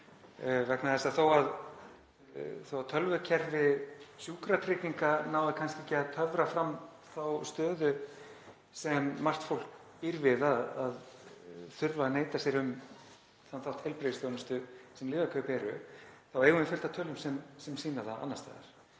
vegna þess að þó að tölvukerfi sjúkratrygginga nái kannski ekki að töfra fram þá stöðu sem margt fólk býr við, að þurfa að neita sér um þann þátt heilbrigðisþjónustu sem lyfjakaup eru, þá eigum við fullt af tölum sem sýna það annars staðar.